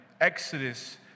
Exodus